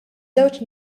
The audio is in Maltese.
żewġ